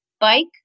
bike